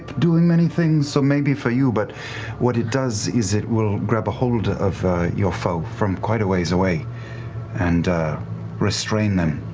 doing many things. so maybe for you. but what it does is it will grab a hold of your foe from quite a ways away and restrain them,